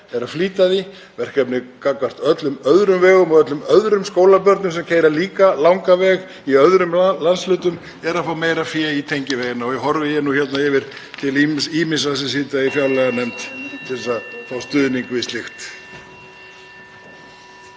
er að flýta því. Verkefnið gagnvart öllum öðrum vegum, og öllum öðrum skólabörnum sem keyra líka langan veg í öðrum landshlutum, er að fá meira fé í tengivegina og horfi ég yfir til ýmissa sem sitja í fjárlaganefnd til að fá stuðning við slíkt.